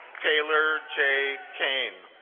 taylor j cane